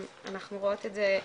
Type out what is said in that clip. אנחנו רואות זה ,